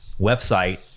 website